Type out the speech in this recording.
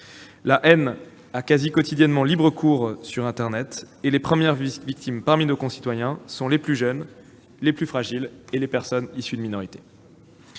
La haine a, presque quotidiennement, libre cours sur internet et les premières victimes parmi nos concitoyens sont les plus jeunes, les plus fragiles et les personnes issues de minorités.